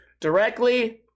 directly